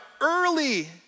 early